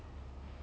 ya